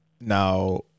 Now